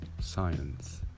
science